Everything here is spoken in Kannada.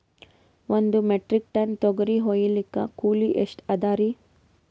ಒಂದ್ ಮೆಟ್ರಿಕ್ ಟನ್ ತೊಗರಿ ಹೋಯಿಲಿಕ್ಕ ಕೂಲಿ ಎಷ್ಟ ಅದರೀ?